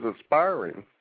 Aspiring